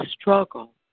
struggle